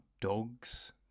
dogs